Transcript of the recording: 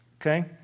Okay